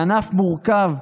בענף מורכב,